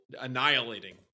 annihilating